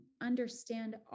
understand